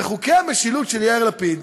וחוקי המשילות של יאיר לפיד